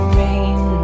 rain